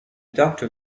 doctor